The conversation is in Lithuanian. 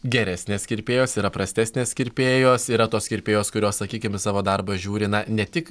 geresnės kirpėjos yra prastesnės kirpėjos yra tos kirpėjos kurios sakykim į savo darbą žiuri na ne tik